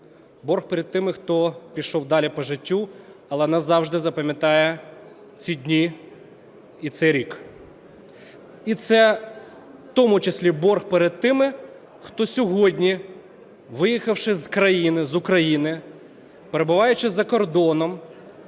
борг перед тими, хто пішов далі по життю, але назавжди запам’ятає ці дні і цей рік. І це у тому числі борг перед тими, хто сьогодні, виїхавши з країни, з України, перебуваючи за кордоном,